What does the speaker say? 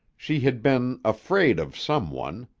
she had been afraid of some one.